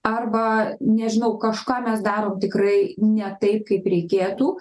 arba nežinau kažką mes darom tikrai ne taip kaip reikėtų